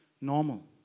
normal